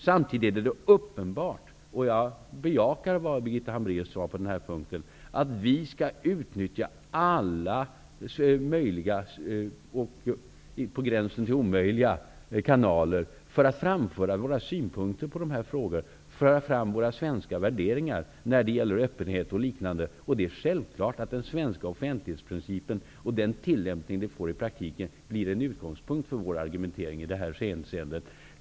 Samtidigt är det uppenbart -- jag håller med om vad Birgitta Hambraeus sade på den punkten -- att vi skall utnyttja alla möjliga och på gränsen till omöjliga kanaler för att framföra våra synpunkter i dessa frågor och för att föra fram våra svenska värderingar när det gäller öppenhet m.m. Det är självklart att den svenska offentlighetsprincipen och den tillämpning den får i praktiken blir en utgångspunkt för vår argumentering i det här hänseendet.